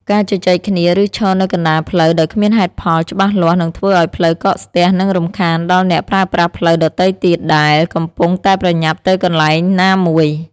ការជជែកគ្នាឬឈរនៅកណ្តាលផ្លូវដោយគ្មានហេតុផលច្បាស់លាស់នឹងធ្វើឱ្យផ្លូវកកស្ទះនិងរំខានដល់អ្នកប្រើប្រាស់ផ្លូវដ៏ទៃទៀតដែលកំពុងតែប្រញាប់ទៅកន្លែងណាមួយ។